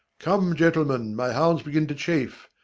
come, gentlemen, my hounds begin to chafe,